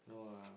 no ah